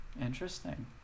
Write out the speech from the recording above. Interesting